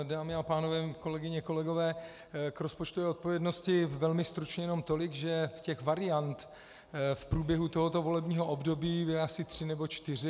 Dámy a pánové, kolegyně a kolegové, k rozpočtové odpovědnosti velmi stručně jenom tolik, že ty varianty v průběhu tohoto volebního období byly asi tři nebo čtyři.